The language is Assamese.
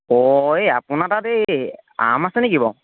অ এই আপোনাৰ তাত এই আম আছে নেকি বাৰু